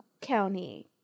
County –